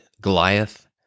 Goliath